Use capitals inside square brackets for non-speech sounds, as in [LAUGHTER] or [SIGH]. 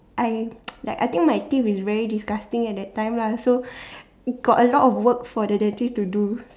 I [NOISE] I think my teeth is very disgusting at that time lah so got a lot of work for the dentist to do